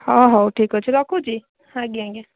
ହଉ ହଉ ଠିକ୍ ଅଛି ରଖୁଛି ଆଜ୍ଞା ଆଜ୍ଞା